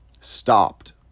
stopped